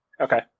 Okay